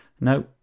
no